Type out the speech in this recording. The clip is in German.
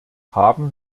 haben